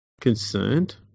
concerned